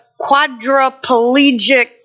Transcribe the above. quadriplegic